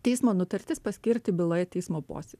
teismo nutartis paskirti byloje teismo posėdį